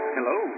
Hello